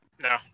No